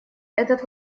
этот